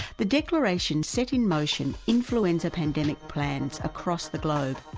the declaration set in motion influenza pandemic plans across the globe.